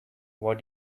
what